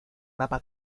mapa